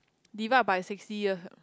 divide by sixty years